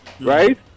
right